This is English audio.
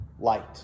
Light